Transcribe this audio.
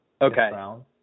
Okay